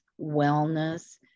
wellness